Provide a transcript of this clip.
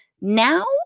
Now